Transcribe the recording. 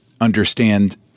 understand